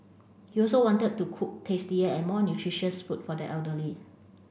he also wanted to cook tastier and more nutritious food for the elderly